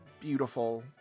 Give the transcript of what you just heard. beautiful